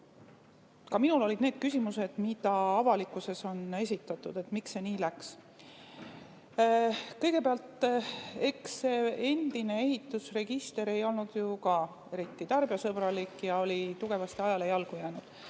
minul oli see küsimus, mida avalikkuses on esitatud, et miks see nii läks. Kõigepealt, ega endine ehitusregister ei olnud ju ka eriti tarbijasõbralik ja oli tugevasti ajale jalgu jäänud.